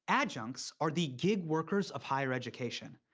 adjuncts are the gig workers of higher education.